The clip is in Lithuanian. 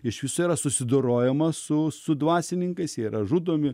iš viso yra susidorojama su su dvasininkais yra žudomi